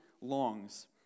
longs